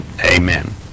Amen